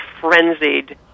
frenzied